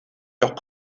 leur